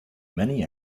many